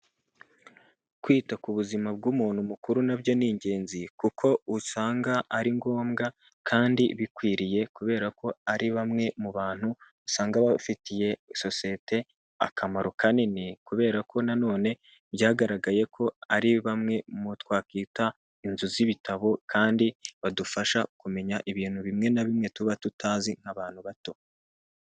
Kwita ku buzima bw'umuntu mukuru nabyo ni ingenzi, kuko usanga ari ngombwa kandi bikwiriye, kubera ko ari bamwe mu bantu usanga bafitiye sosiyete akamaro kanini, kubera ko nanone byagaragaye ko ari bamwe mu twakwita inzu z'ibitabo, kandi badufasha kumenya ibintu bimwe na bimwe tuba tutazi nk'abantu bato.